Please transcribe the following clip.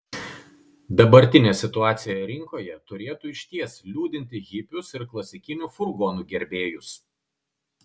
dabartinė situacija rinkoje turėtų išties liūdinti hipius ir klasikinių furgonų gerbėjus